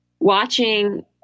Watching